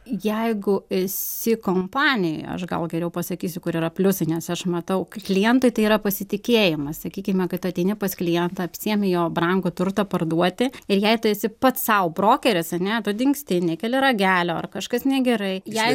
jeigu esi kompanijoje aš gal geriau pasakysiu kur yra pliusai nes aš matau klientai tai yra pasitikėjimas sakykime kad ateini pas klientą apsiimi jo brangų turtą parduoti ir jei tu esi pats sau brokeris ane tu dingsti nekeli ragelio ar kažkas negerai jei